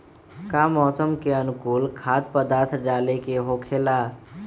का मौसम के अनुकूल खाद्य पदार्थ डाले के होखेला?